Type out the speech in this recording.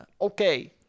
okay